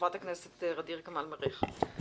חברת הכנסת ע'דיר כמאל מריח.